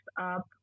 up